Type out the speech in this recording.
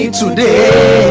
today